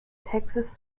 texas